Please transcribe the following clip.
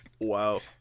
Wow